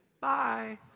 Bye